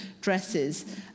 dresses